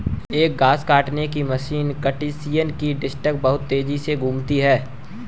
एक घास काटने की मशीन कंडीशनर की डिस्क बहुत तेज गति से घूमती है